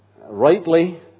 rightly